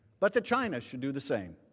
but that china should do the same.